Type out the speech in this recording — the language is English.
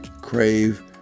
crave